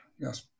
Yes